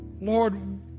Lord